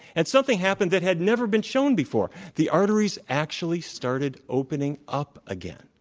and something happened that had never been shown before. the arteries actually started opening up again,